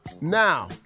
Now